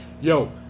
yo